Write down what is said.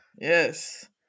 Yes